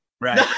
Right